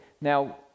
Now